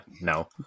No